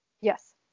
Yes